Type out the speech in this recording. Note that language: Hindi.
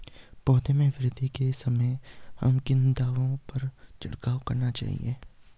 पौधों में वृद्धि के समय हमें किन दावों का छिड़काव करना चाहिए?